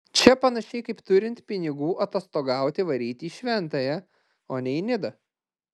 čia panašiai kaip turint pinigų atostogauti varyti į šventąją o ne į nidą